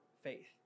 faith